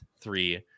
three